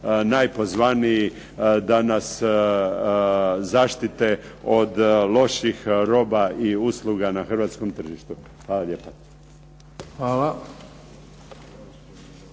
najpozvaniji da nas zaštite od loših roba i usluga na hrvatskom tržištu. Hvala lijepa.